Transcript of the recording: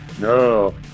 No